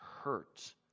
hurt